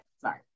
sorry